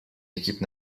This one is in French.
équipe